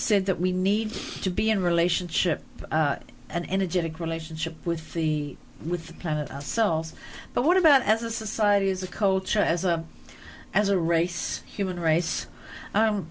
said that we need to be in a relationship an energetic relationship with the with the planet cells but what about as a society as a culture as a as a race human race